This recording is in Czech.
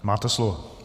Máte slovo.